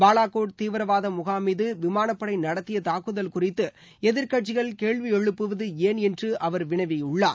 பாலாகோட் தீவிரவாத முகாம் மீது விமானப்படை நடத்திய தாக்குதல் குறித்து எதிர்கட்சிகள் கேள்வி எழுப்புவது ஏன் என்று அவர் வினவியுள்ளார்